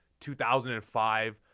2005